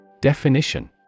Definition